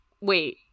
Wait